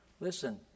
Listen